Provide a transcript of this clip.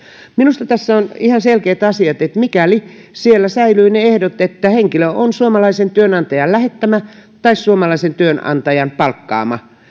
minusta tässä on ihan selkeä asia että mikäli siellä säilyvät ne ehdot että henkilö on suomalaisen työnantajan lähettämä tai suomalaisen työnantajan palkkaama